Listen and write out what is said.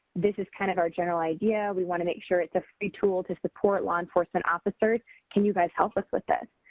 this is kind of our general idea. we want to make sure it's a free a tool to support law enforcement officers can you guys help us with this?